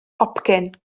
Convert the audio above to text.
hopcyn